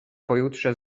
pojutrze